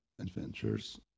adventures